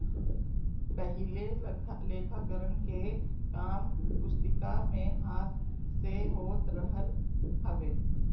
पहिले लेखाकरण के काम पुस्तिका में हाथ से होत रहल हवे